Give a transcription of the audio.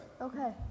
Okay